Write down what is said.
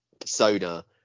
persona